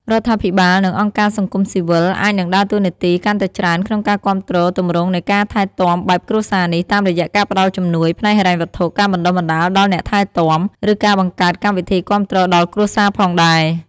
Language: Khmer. រដ្ឋាភិបាល និងអង្គការសង្គមស៊ីវិលអាចនឹងដើរតួនាទីកាន់តែច្រើនក្នុងការគាំទ្រទម្រង់នៃការថែទាំបែបគ្រួសារនេះ តាមរយៈការផ្ដល់ជំនួយផ្នែកហិរញ្ញវត្ថុ ការបណ្ដុះបណ្ដាលដល់អ្នកថែទាំ ឬការបង្កើតកម្មវិធីគាំទ្រដល់គ្រួសារផងដែរ។